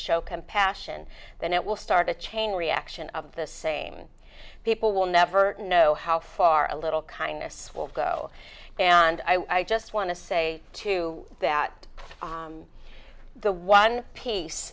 show compassion then it will start a chain reaction of the same people will never know how far a little kindness will go and i just want to say too that the one piece